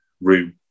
room